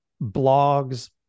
blogs